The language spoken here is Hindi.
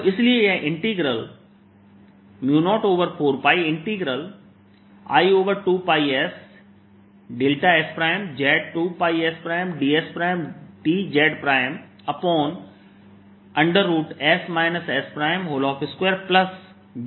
और इसलिए यह इंटीग्रल 04πI2πssz2πsdsdzs s2z2 के बराबर है